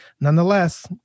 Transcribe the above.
nonetheless